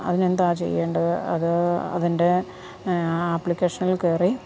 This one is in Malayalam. അതിന് എന്താണ് ചെയ്യേണ്ടത് അത് അതിൻ്റെ ആ ആപ്ലിക്കേഷനിൽ കയറി